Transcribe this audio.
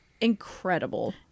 Incredible